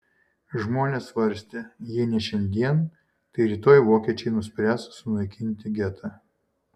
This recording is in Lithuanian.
žmonės svarstė jei ne šiandien tai rytoj vokiečiai nuspręs sunaikinti getą